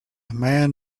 man